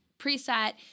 preset